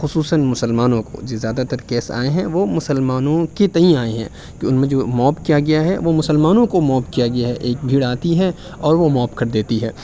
خصوصاً مسلمانوں كو جو زیادہ تر کیس آئے ہیں وہ مسلمانوں کے تئیں آئے ہیں کہ ان میں جو موب کیا گیا ہے وہ مسلمانوں کو موب کیا گیا ہے ایک بھیڑ آتی ہے اور وہ موب کر دیتی ہے